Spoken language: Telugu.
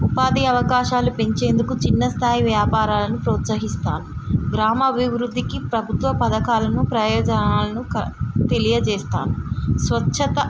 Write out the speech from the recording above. ఉపాధి అవకాశాలు పెంచేందుకు చిన్న స్థాయి వ్యాపారాలను ప్రోత్సహిస్తాను గ్రామ అభివృద్ధికి ప్రభుత్వ పథకాలను ప్రయోజనాలను క తెలియజేస్తాను స్వచ్ఛత